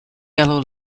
yellow